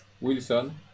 Wilson